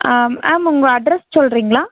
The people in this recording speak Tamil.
மேம் உங்கள் அட்ரஸ் சொல்கிறிங்களா